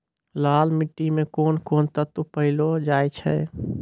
लाल मिट्टी मे कोंन कोंन तत्व पैलो जाय छै?